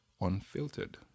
unfiltered